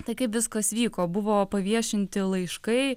tai kaip viskas vyko buvo paviešinti laiškai